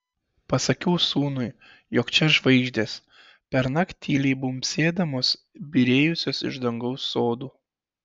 pasakiau sūnui jog čia žvaigždės pernakt tyliai bumbsėdamos byrėjusios iš dangaus sodų